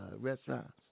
restaurants